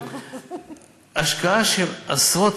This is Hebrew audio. השקעה של עשרות,